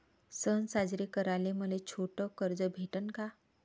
सन साजरे कराले मले छोट कर्ज भेटन का?